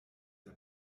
der